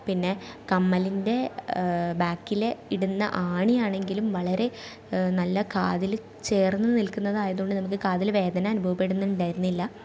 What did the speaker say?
പിന്നെ കമ്മലിൻ്റെ ബാക്കിലെ ഇടുന്ന ആണിയാണെങ്കിലും വളരെ നല്ല കാതിൽ ചേർന്ന് നിൽക്കുന്നതായത് കൊണ്ട് നമ്മൾക്ക് കാതിൽ വേദന അനുഭവപ്പെടുന്നുണ്ടായിരുല്ല